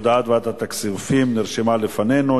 הודעת ועדת הכספים נרשמה לפנינו.